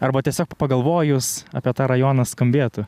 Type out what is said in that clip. arba tiesiog pagalvojus apie tą rajoną skambėtų